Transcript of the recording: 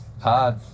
hard